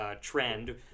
trend